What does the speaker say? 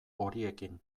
horiekin